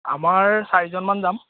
আমাৰ চাৰিজনমান যাম